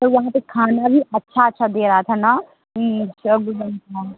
और वहाँ पे खाना भी अच्छा अच्छा दे रहा था न कि जब हम